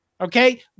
Okay